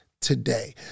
today